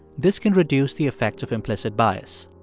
this can reduce the effect of implicit bias.